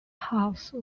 house